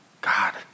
God